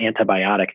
antibiotic